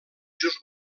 just